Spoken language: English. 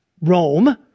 Rome